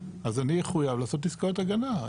אז אני אחויב לעשות עסקאות הגנה,